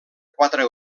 quatre